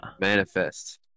Manifest